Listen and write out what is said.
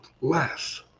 less